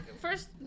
First